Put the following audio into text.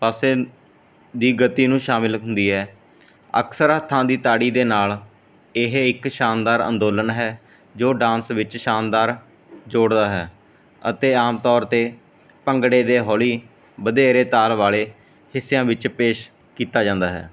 ਪਾਸੇ ਦੀ ਗਤੀ ਨੂੰ ਸ਼ਾਮਲ ਹੁੰਦੀ ਹੈ ਅਕਸਰ ਹੱਥਾਂ ਦੀ ਤਾੜੀ ਦੇ ਨਾਲ ਇਹ ਇੱਕ ਸ਼ਾਨਦਾਰ ਅੰਦੋਲਨ ਹੈ ਜੋ ਡਾਂਸ ਵਿੱਚ ਸ਼ਾਨਦਾਰ ਜੋੜਦਾ ਹੈ ਅਤੇ ਆਮ ਤੌਰ 'ਤੇ ਭੰਗੜੇ ਦੇ ਹੌਲੀ ਵਧੇਰੇ ਤਾਲ ਵਾਲੇ ਹਿੱਸਿਆਂ ਵਿੱਚ ਪੇਸ਼ ਕੀਤਾ ਜਾਂਦਾ ਹੈ